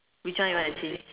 which one you wanna change